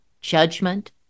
judgment